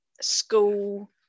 school